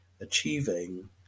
achieving